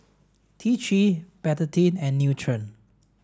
T three Betadine and Nutren